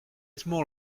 small